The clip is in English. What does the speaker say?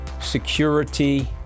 security